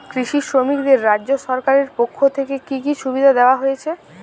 কৃষি শ্রমিকদের রাজ্য সরকারের পক্ষ থেকে কি কি সুবিধা দেওয়া হয়েছে?